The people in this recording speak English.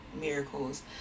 miracles